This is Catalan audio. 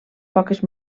poques